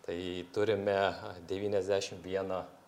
tai turime devyniasdešimt vieną